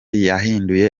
yahinduye